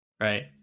Right